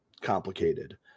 complicated